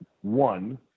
one